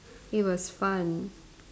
it was fun